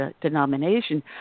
denomination